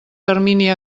termini